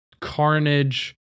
carnage